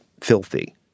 filthy